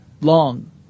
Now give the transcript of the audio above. long